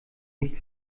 nicht